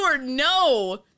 no